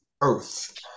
earth